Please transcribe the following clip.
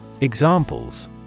Examples